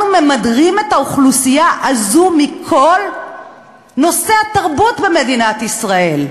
אנחנו מדירים את האוכלוסייה הזאת מכל נושא התרבות במדינת ישראל.